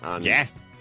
Yes